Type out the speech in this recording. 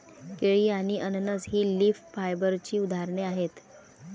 केळी आणि अननस ही लीफ फायबरची उदाहरणे आहेत